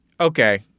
Okay